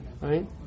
right